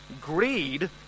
Greed